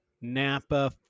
Napa